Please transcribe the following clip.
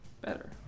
Better